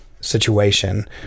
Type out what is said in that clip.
situation